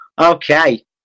Okay